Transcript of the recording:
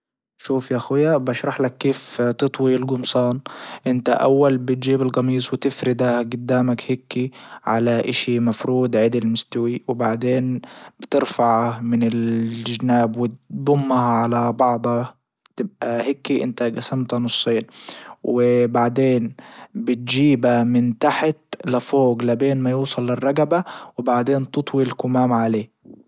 شوف يا خويا بشرح لك كيف تطوي الجمصان انت اول بتجيب الجميص وتفرده جدامك هيكي على اشي مفرود عدل مستوي وبعدين بترفعه من الجناب وتضمها على بعضه تبقى هيك انت جسمتها نصين وبعدين بتجيبا من تحت لفوج لبين ما يوصل للرجبة وبعدين تطوي الكمام عليه.